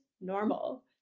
normal